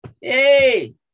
Hey